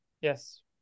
yes